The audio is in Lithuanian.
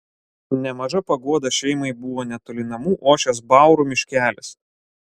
nemaža paguoda šeimai buvo netoli namų ošęs baurų miškelis